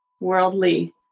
worldly